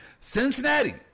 cincinnati